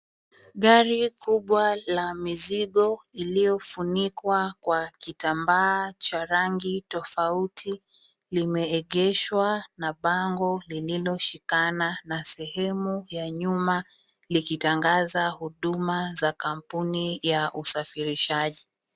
Gari kuwa la mizigo iliyofunikwa kwa kitambaa cha rangi tofauti limeegeshwa. Na bango lililoshikana na sehemu ya nyuma likitangaza huduma za kampuni za usafirishaji.